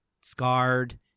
scarred